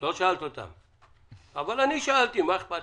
הטרמינל הוא טרמינל ירוק.